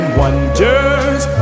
wonders